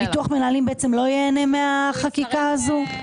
מי שכבר בביטוח מנהלים בעצם לא ייהנה מהחקיקה הזו?